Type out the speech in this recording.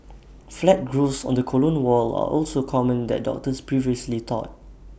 flat growths on the colon wall are also common that doctors previously thought